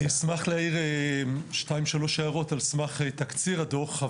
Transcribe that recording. אשמח להעיר שתיים-שלוש הערות על סמך תקציר הדוח.